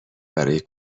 برای